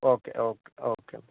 okay okay okay